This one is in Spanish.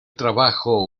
trabajo